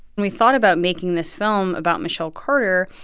and we thought about making this film about michelle carter.